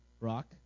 rock